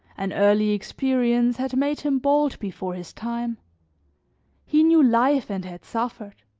an early experience had made him bald before his time he knew life and had suffered